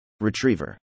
retriever